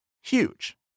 huge